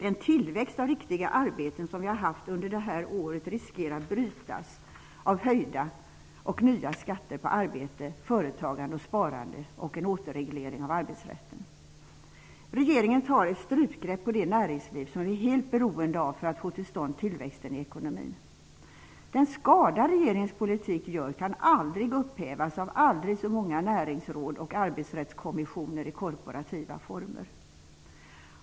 Den tillväxt av riktiga arbeten som vi har haft under det här året riskerar att brytas av höjda och nya skatter på arbete, företagande och sparande och en återreglering av arbetsrätten. Regeringen tar ett strypgrepp på det näringsliv som vi är helt beroende av för att få till stånd tillväxten i ekonomin. Den skada regeringens politik gör kan aldrig upphävas av aldrig så många näringsråd och arbetsrättskommissioner i korporativa former.